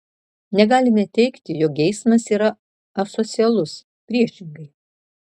negalime teigti jog geismas yra asocialus priešingai